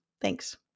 Thanks